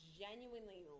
genuinely